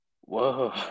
Whoa